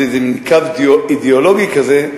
זה מין קו אידיאולוגי כזה,